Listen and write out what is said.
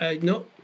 No